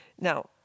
Now